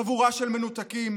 חבורה של מנותקים,